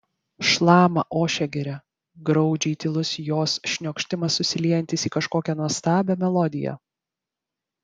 šlama ošia giria graudžiai tylus jos šniokštimas susiliejantis į kažkokią nuostabią melodiją